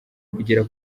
kugera